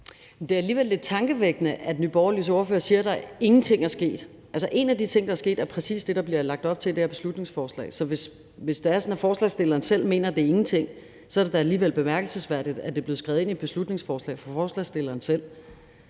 Det er alligevel lidt tankevækkende, at Nye Borgerliges ordfører siger, at der ingenting er sket. Altså, en af de ting, der er sket, er præcis det, der bliver lagt op til i det her beslutningsforslag. Så hvis det er sådan, at ordføreren for forslagsstillerne selv mener, at det er ingenting, er det da alligevel bemærkelsesværdigt, at det er blevet skrevet ind i et beslutningsforslag fra ordføreren